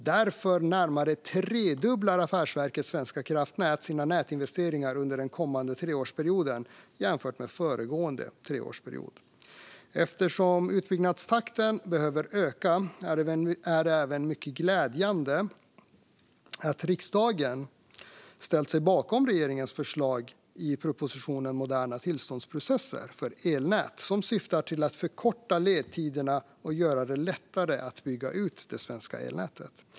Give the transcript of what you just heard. Därför närmare tredubblar Affärsverket svenska kraftnät sina nätinvesteringar under den kommande treårsperioden jämfört med föregående treårsperiod. Eftersom utbyggnadstakten behöver öka är det även mycket glädjande att riksdagen har ställt sig bakom regeringens förslag i propositionen Moderna tillståndsprocesser för elnät som syftar till att förkorta ledtiderna och göra det lättare att bygga ut det svenska elnätet.